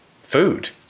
food